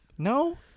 No